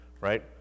right